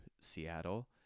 seattle